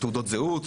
תעודות זהות,